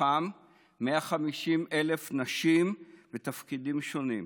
מתוכם 150,000 נשים בתפקידים שונים?